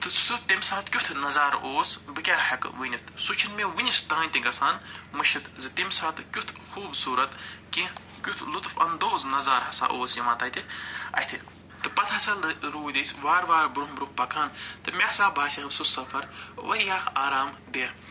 تہٕ سُہ تَمہِ ساتہٕ کیُتھ نظارٕ اوس بہٕ کیٛاہ ہٮ۪کہٕ ؤنِتھ سُہ چھُنہٕ مےٚ ؤنِس تام تہِ گژھان مُشِتھ زِ تَمہِ ساتہٕ کیُتھ خوٗبصوٗرَت کیٚنہہ کیُتھ لُطف اندوز نظارٕ ہسا اوس یِوان تَتہِ اَتھِ تہٕ پتہٕ ہسا لہ روٗدۍ أسۍ وارٕ وارٕ برٛونٛہہ برٛونٛہہ پکان تہٕ مےٚ ہسا باسیو سُہ سفر واریاہ آرام دہ